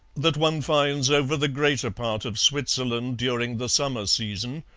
that one finds over the greater part of switzerland during the summer season,